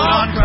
on